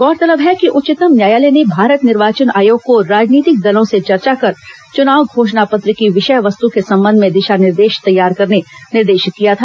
गौरतलब है कि उच्चतम न्यायालय ने भारत निर्वाचन आयोग को राजनीतिक दलों से चर्चा कर चुनाव घोषणा पत्र की विषयवस्तु के संबंध में दिशा निर्देश तैयार करने निर्देशित किया था